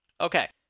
Okay